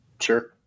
Sure